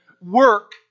work